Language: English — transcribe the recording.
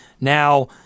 Now